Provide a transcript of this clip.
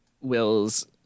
Wills